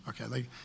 Okay